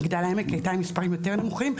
מגדל העמק הייתה עם מספרים יותר נמוכים.